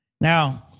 Now